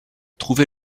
trouvez